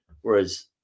Whereas